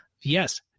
yes